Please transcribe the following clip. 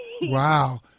Wow